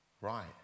right